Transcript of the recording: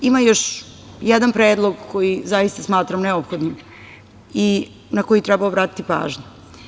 Ima još jedan predlog koji, zaista smatram neophodnim i na koji treba obratiti pažnju.